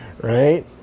Right